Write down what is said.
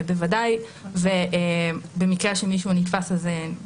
בוודאי, במקרה שמישהו נתפס, אז נפתח תיק פלילי.